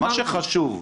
מה שחשוב,